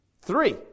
three